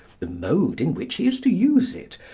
the mode in which he is to use it,